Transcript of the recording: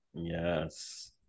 yes